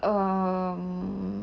um